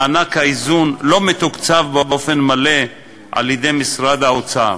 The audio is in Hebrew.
מענק האיזון לא מתוקצב באופן מלא על-ידי משרד האוצר,